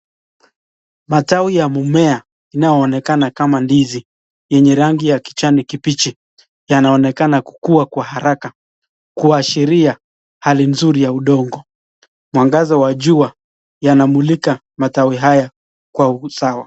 Matawi ya mimea inaonekana kama ndizi, yenye rangi ya kijani kibichi, yanaonekana kukuwa kwa haraka kuashiria hali nzuri ya udongo, mwangaza wa jua yanamulika matawi haya kwa usawa.